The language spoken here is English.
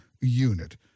unit